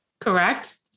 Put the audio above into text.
correct